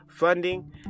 funding